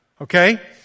Okay